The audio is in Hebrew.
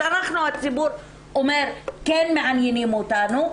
אז אנחנו הציבור אומר: כן מעניינים אותנו,